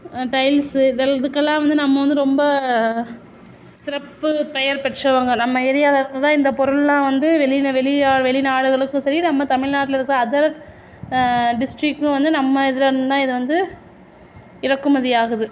tiles இதுக்கெல்லாம் வந்து நம்ம வந்து ரொம்ப சிறப்பு பெயர் பெற்றவங்க நம்ம ஏரியாவில் இருந்து தான் இந்த பொருள்லாம் வந்து வெளிநாடுகளுக்கும் சரி நம்ம தமிழ்நாட்டில் இருக்கிற அதர் டிஸ்ட்ரிக்கும் வந்து நம்ம இதில் இருந்துதான் இது வந்து இறக்குமதி ஆகுது